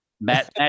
Matt